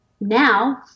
now